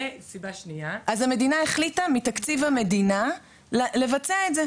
וסיבה שנייה --- אז המדינה החליטה מתקציב המדינה לבצע את זה.